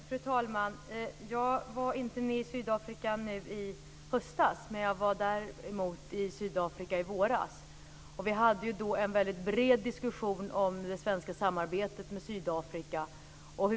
Fru talman! Jag var inte med i Sydafrika i höst. Jag var däremot i Sydafrika i våras. Vi hade då en mycket bred diskussion om det svenska samarbetet med Sydafrika.